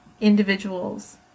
individuals